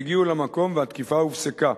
הגיעו למקום והתקיפה הופסקה.